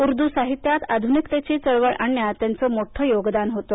उर्दू साहित्यात आधुनिकतेची चळवळ आणण्यात त्यांचं मोठं योगदान होतं